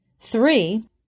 Three